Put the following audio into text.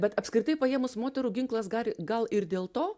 bet apskritai paėmus moterų ginklas gar gal ir dėl to